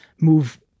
move